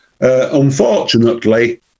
Unfortunately